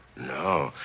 no,